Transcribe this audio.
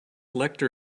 lecter